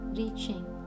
reaching